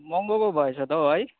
महँगो पो भएछ त हौ है